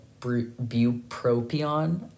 Bupropion